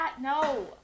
No